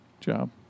Job